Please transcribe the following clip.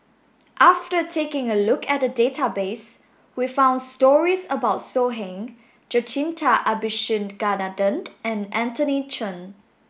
after taking a look at the database we found stories about So Heng Jacintha Abisheganaden and Anthony Chen